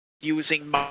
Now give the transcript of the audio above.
using